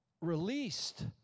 released